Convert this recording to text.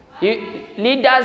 Leaders